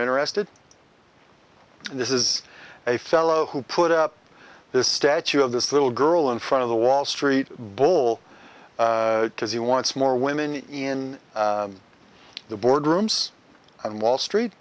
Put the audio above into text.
interested and this is a fellow who put up this statue of this little girl in front of the wall street bull because he wants more women in the boardrooms on wall street